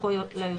לכל היותר: